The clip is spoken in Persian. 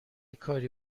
کاری